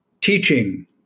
teaching